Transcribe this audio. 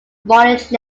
mortgage